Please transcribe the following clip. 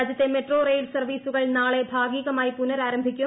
രാജ്യത്തെ metro rail സർവ്വീസുകൾ നാളെ ഭാഗികമായി പുനരാരംഭിക്കും